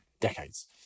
decades